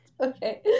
okay